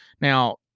Now